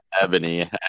Ebony